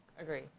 Agree